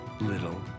little